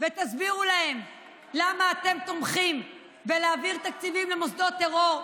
ותסבירו להן למה אתם תומכים בהעברת תקציבים למוסדות טרור,